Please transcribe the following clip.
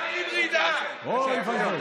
אוי ואבוי.